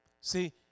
See